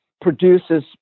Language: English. produces